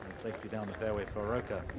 safely down the fairway for rocca